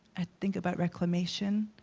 i think about reclamation